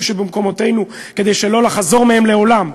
שבמקומותינו כדי לא להיפרד מהם לעולם".